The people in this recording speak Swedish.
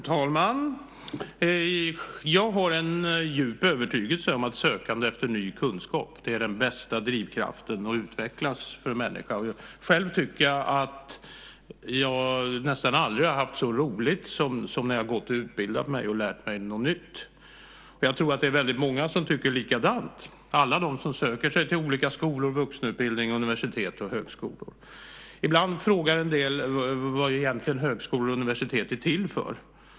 Fru talman! Jag har en djup övertygelse om att sökande efter ny kunskap är den bästa drivkraften att utvecklas för människor. Jag tycker själv att jag nästan aldrig har haft så roligt som när jag har gått och utbildat mig och lärt mig något nytt. Jag tror att det är väldigt många som tycker likadant, alla de som söker sig till olika skolor, vuxenutbildning, universitet och högskolor. Ibland frågar en del vad universitet och högskolor egentligen är till för.